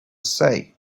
say